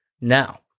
Now